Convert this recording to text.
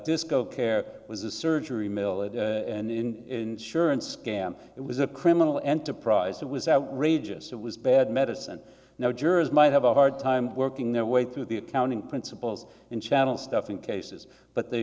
disco care was the surgery milledge in surance scan it was a criminal enterprise it was outrageous it was bad medicine now jurors might have a hard time working their way through the accounting principles and channel stuffing cases but they